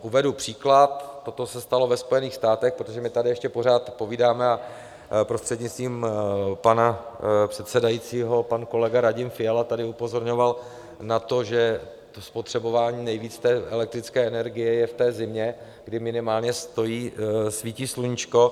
Uvedu příklad: Toto se stalo ve Spojených státech, protože my tady ještě pořád povídáme a prostřednictvím pana předsedajícího pan kolega Radim Fiala tady upozorňoval na to, že spotřebování nejvíce elektrické energie je v té zimě, kdy minimálně svítí sluníčko.